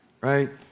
right